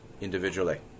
individually